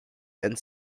and